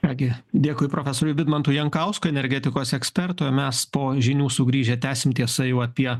ką gi dėkui profesoriui vidmantui jankauskui energetikos ekspertui o mes po žinių sugrįžę tęsim tiesa jau apie